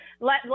let